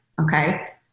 Okay